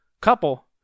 couple